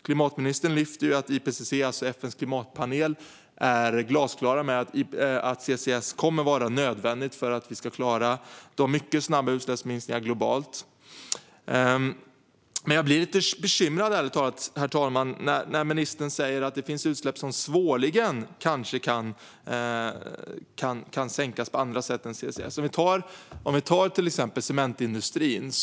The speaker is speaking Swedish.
Klimatministern lyfte ju upp att IPCC, alltså FN:s klimatpanel, glasklart säger att CCS kommer att vara nödvändigt för att vi ska klara snabba utsläppsminskningar globalt. Herr talman! Jag blir lite bekymrad när ministern säger att det finns utsläpp som svårligen kan minskas med CCS. Låt oss ta cementindustrin.